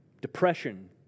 depression